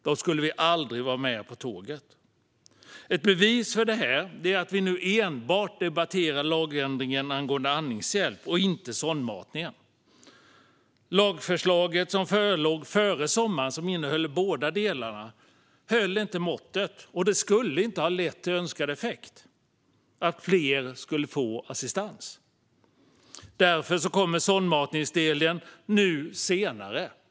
Då skulle vi aldrig vara med på tåget. Ett bevis för det är att vi nu enbart debatterar lagändringen angående andningshjälp och inte sondmatningen. Lagförslaget som förelåg före sommaren, som innehöll båda delarna, höll inte måttet. Det skulle inte ha lett till önskad effekt, att fler skulle få assistans. Därför kommer sondmatningsdelen senare.